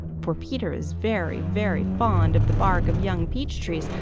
for peter is very, very fond of the bark of young peach trees,